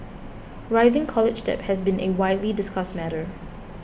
rising college debt has been a widely discussed matter